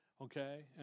okay